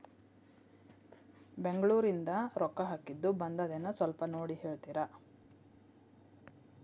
ಬೆಂಗ್ಳೂರಿಂದ ರೊಕ್ಕ ಹಾಕ್ಕಿದ್ದು ಬಂದದೇನೊ ಸ್ವಲ್ಪ ನೋಡಿ ಹೇಳ್ತೇರ?